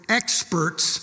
experts